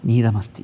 नीतमस्ति